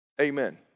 Amen